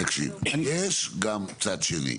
תקשיב, יש גם צד שני.